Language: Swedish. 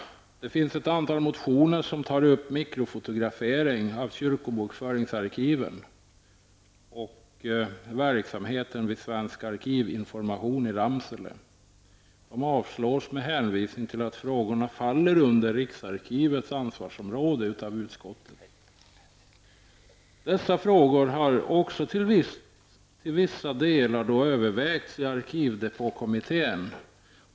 Det finns ett antal motioner som tar upp mikrofotografering av kyrkobokföringsarkiven och verksamheten vid Svensk Arkivinformation i Ramsele. De avstyrks av utskottet med hänvisning till att frågorna faller under riksarkivets ansvarsområde. Dessa frågor har också till vissa delar övervägts i arkivdepåkommittén.